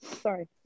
Sorry